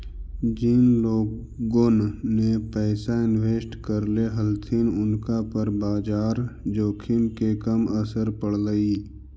जिन लोगोन ने पैसा इन्वेस्ट करले हलथिन उनका पर बाजार जोखिम के कम असर पड़लई